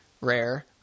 rare